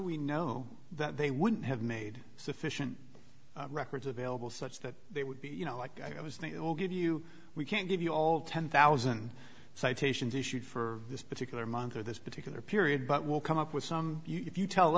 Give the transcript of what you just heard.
we know that they would have made sufficient records available such that they would be you know like i was they all give you we can't give you all ten thousand citations issued for this particular month or this particular period but will come up with some if you tell